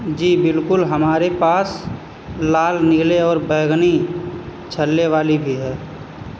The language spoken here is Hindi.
जी बिलकुल हमारे पास लाल नीले और बैंगनी छल्ले वाली भी है